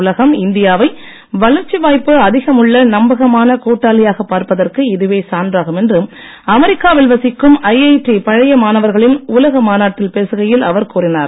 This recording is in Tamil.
உலகம் இந்தியாவை வளர்ச்சி வாய்ப்பு அதிகம் உள்ள நம்பகமான கூட்டாளியாகப் பார்ப்பதற்கு இதுவே சான்றாகும் என்று அமெரிக்கா வில் வசிக்கும் ஐஐடி பழைய மாணவர்களின் உலக மாநாட்டில் பேசுகையில் அவர் கூறினார்